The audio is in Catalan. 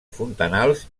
fontanals